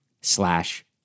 slash